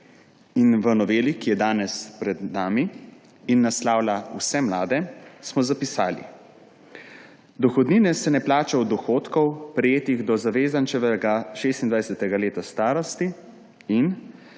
V noveli, ki je danes pred nami in naslavlja vse mlade, smo zapisali: »Dohodnina se ne plača od dohodkov, prejetih do zavezančevega 26. leta starosti, in